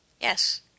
Yes